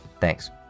Thanks